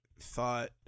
thought